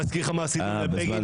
להזכיר לך מה עשיתם לבגין?